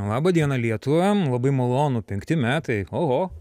laba diena lietuva man labai malonu penkti metai oho